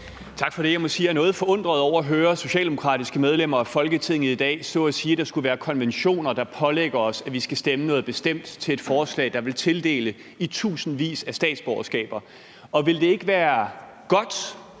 Tak for det. Jeg må sige, at jeg er noget forundret over at høre socialdemokratiske medlemmer af Folketinget i dag stå og sige, at der skulle være konventioner, der pålægger os, at vi skal stemme noget bestemt til et forslag, der vil tildele i tusindvis af statsborgerskaber. Og ville det ikke være godt,